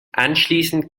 anschließend